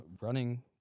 running